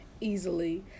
easily